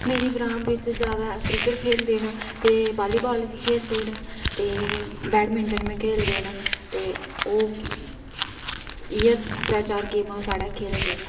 मेरे ग्रांऽ बिच जादै क्रिकेट खेढ़दे न ते वाॅलीबाॅल बी खेढ़दे न ते बैडमिंटन बी खेढ़दे न ते ओह् इ'यै त्रै चार गेमां साढ़ै खेढ़दे न